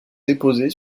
déposés